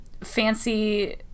fancy